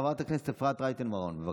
חברת הכנסת אפרת רייטן מרום, בבקשה.